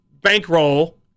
bankroll